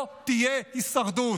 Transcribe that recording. לא תהיה הישרדות.